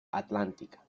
atlántica